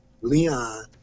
Leon